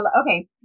okay